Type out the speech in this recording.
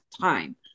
time